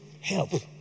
help